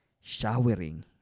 showering